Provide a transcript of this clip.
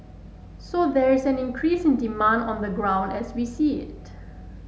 so there is an increase in demand on the ground as we see it